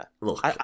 Look